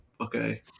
okay